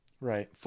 Right